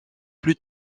plus